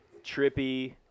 trippy